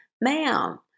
ma'am